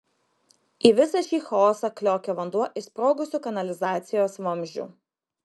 į visą šį chaosą kliokė vanduo iš sprogusių kanalizacijos vamzdžių